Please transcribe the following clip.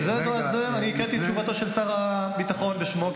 --- אני הקראתי את תשובתו של שר הביטחון בשמו,